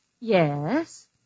Yes